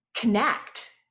connect